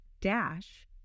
dash